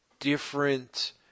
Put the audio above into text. different